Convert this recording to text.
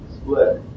split